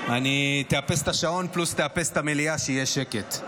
תאפס את השעון, פלוס תאפס את המליאה, שיהיה שקט.